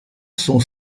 son